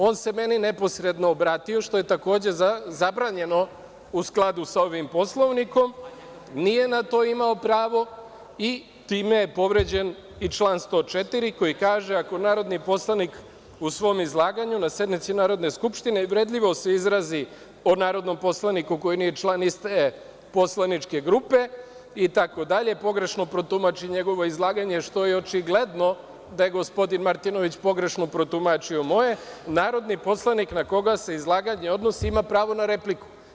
On se meni neposredno obratio, što je takođe zabranjeno u skladu sa ovim Poslovnikom, nije na to imao pravo i time je povređen i član 104. koji kaže – ako se narodni poslanik u svom izlaganju na sednici Narodne skupštine uvredljivo izrazi o narodnom poslaniku koji nije član iste poslaničke grupe, itd, pogrešno protumači njegovo izlaganje, što je očigledno da je gospodin Martinović pogrešno protumačio moje, narodni poslanik na koga se izlaganje odnosi ima pravo na repliku.